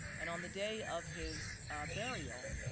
and on the day of his burial,